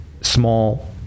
Small